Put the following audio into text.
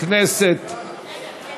הקמת מרכזי מיצוי זכויות),